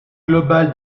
global